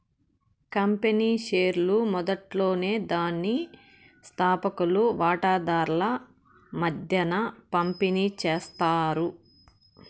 company షేర్లు మొదట్లోనే దాని స్తాపకులు వాటాదార్ల మద్దేన పంపిణీ చేస్తారు